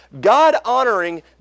God-honoring